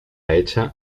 hecha